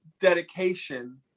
dedication